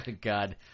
God